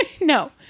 No